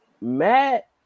Matt